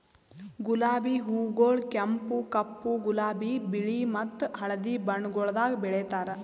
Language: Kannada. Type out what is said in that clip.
ಗುಲಾಬಿ ಹೂಗೊಳ್ ಕೆಂಪು, ಕಪ್ಪು, ಗುಲಾಬಿ, ಬಿಳಿ ಮತ್ತ ಹಳದಿ ಬಣ್ಣಗೊಳ್ದಾಗ್ ಬೆಳೆತಾರ್